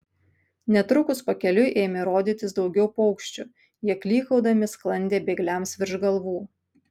netrukus pakeliui ėmė rodytis daugiau paukščių jie klykaudami sklandė bėgliams virš galvų